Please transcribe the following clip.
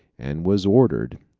and was ordered,